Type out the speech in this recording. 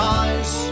eyes